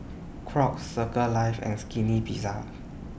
Crocs Circles Life and Skinny Pizza